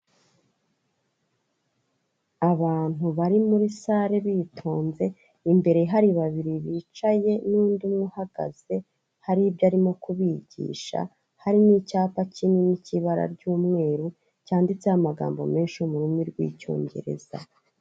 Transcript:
Abantu bari muri sare bitonze, imbere hari babiri bicaye n'undi umwe uhagaze, hari ibyo arimo kubigisha, hari n'icyapa kinini cy'ibara ry'umweru cyanditseho amagambo menshi yo mu rurimi rw'Icyongereza.